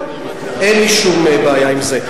אין לי שום בעיה עם זה.